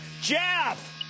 Jeff